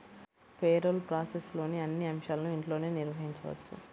payroll ప్రాసెస్లోని అన్ని అంశాలను ఇంట్లోనే నిర్వహించవచ్చు